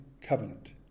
covenant